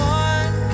one